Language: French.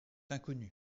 inconnue